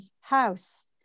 house